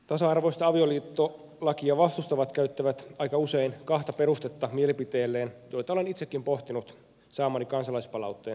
tasa arvoista avioliittolakia vastustavat käyttävät mielipiteelleen aika usein kahta perustetta joita olen itsekin pohtinut saamani kansalaispalautteen perusteella